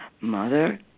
mother